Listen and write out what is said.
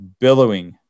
billowing